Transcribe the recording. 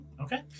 Okay